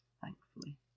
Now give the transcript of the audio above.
thankfully